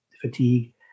fatigue